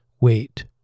Wait